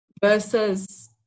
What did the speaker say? versus